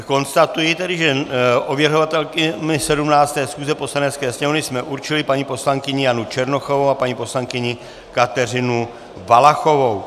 Konstatuji tedy, že ověřovatelkami 17. schůze Poslanecké sněmovny jsme určili paní poslankyni Janu Černochovou a paní poslankyni Kateřinu Valachovou.